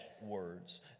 words